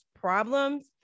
problems